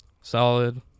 solid